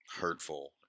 hurtful